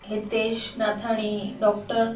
Hitesh Nathani doctor